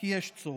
כי יש צורך,